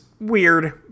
weird